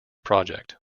project